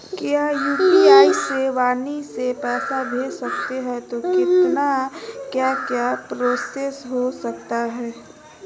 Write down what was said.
क्या यू.पी.आई से वाणी से पैसा भेज सकते हैं तो कितना क्या क्या प्रोसेस हो सकता है?